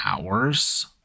hours